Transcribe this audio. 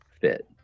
fit